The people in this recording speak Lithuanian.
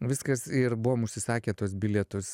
viskas ir buvom užsisakę tuos bilietus